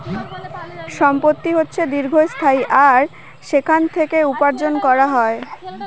সম্পত্তি হচ্ছে দীর্ঘস্থায়ী আর সেখান থেকে উপার্জন করা যায়